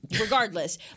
regardless